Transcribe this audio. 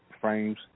frames